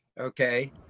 okay